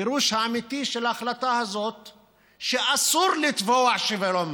הפירוש האמיתי של ההחלטה הזאת הוא שאסור לתבוע שוויון מלא.